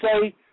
say